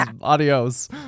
adios